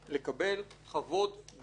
לקבל חוות דעת